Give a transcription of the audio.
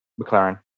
McLaren